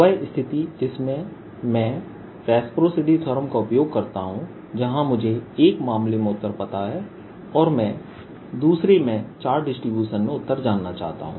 वह स्थिति जिसमें मैं रिसिप्रोकल थ्योरम का प्रयोग करता हूं जहां मुझे एक मामले में उत्तर पता है और मैं दूसरे में चार्ज डिसटीब्यूशन में उत्तर जानना चाहता हूं